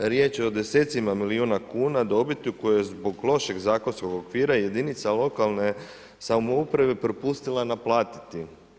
Riječ je o desecima milijuna kuna dobiti u kojoj zbog lošeg zakonskog okvira jedinice lokalne samouprave propustila naplatit.